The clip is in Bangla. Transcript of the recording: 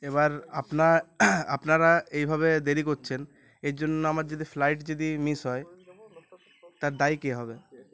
এবার আপনা আপনারা এইভাবে দেরি করছেন এর জন্য আমার যদি ফ্লাইট যদি মিস হয় তার দায়ী কে হবে